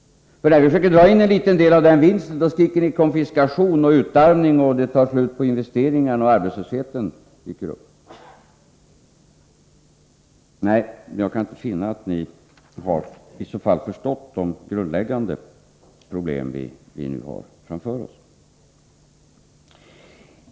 När vi försöker dra in en liten del av den vinsten, då skriker ni: Konfiskation, utarmning, slut på investeringarna, ökad arbetslöshet. Nej, jag kan inte finna att ni har förstått de grundläggande problem vi nu har framför oss.